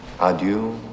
adieu